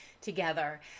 together